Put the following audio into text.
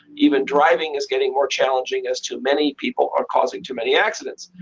even driving is getting more challenging, as too many people are causing too many accidents,